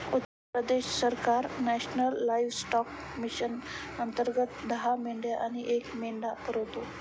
उत्तर प्रदेश सरकार national livestock mission अंतर्गत दहा मेंढ्या आणि एक मेंढा पुरवते